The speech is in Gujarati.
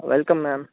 welcome ma'am